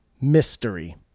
mystery